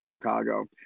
Chicago